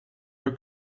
her